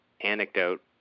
anecdote